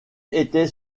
était